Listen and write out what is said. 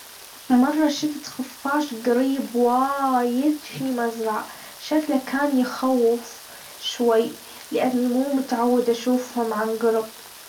مرة شفت خفاش جريب وايد في مزرعة شكله كان يخوف شوي لأني مو متعودة أشوفهم عن جرب.